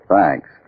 Thanks